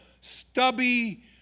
stubby